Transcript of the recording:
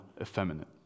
effeminate